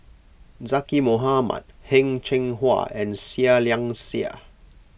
Zaqy Mohamad Heng Cheng Hwa and Seah Liang Seah